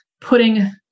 putting